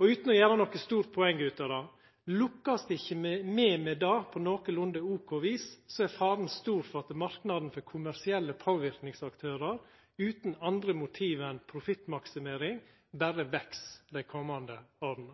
Og utan å gjera noko stort poeng ut av det: Lukkast me ikkje med det på eit nokolunde ok vis, er faren stor for at marknaden for kommersielle påverknadsaktørar utan andre motiv enn profittmaksimering berre veks dei komande åra.